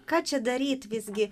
ką čia daryt visgi